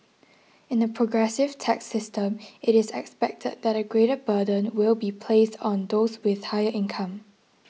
in a progressive tax system it is expected that a greater burden will be placed on those with higher income